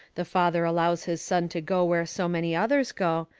the father allows his son to go where so many others go,